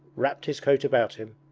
wrapped his coat about him,